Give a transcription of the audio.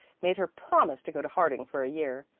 made her promise to go to harding for a year.